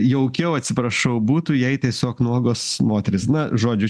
jaukiau atsiprašau būtų jei tiesiog nuogos moterys na žodžiu